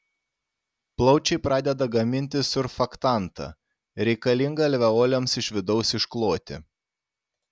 plaučiai pradeda gaminti surfaktantą reikalingą alveolėms iš vidaus iškloti